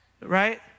Right